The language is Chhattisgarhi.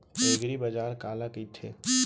एगरीबाजार काला कहिथे?